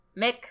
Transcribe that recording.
Mick